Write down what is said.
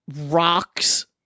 rocks